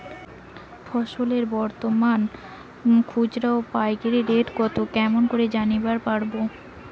ফসলের বর্তমান খুচরা ও পাইকারি রেট কতো কেমন করি জানিবার পারবো?